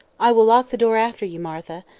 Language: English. i will lock the door after you, martha.